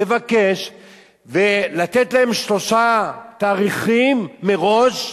לבקש ולתת להם שלושה תאריכים מראש,